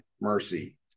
mercy